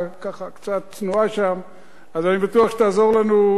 אז אני בטוח שהיא תעזור לנו גם לגמור